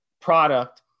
product